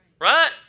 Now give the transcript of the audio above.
Right